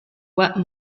what